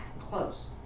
close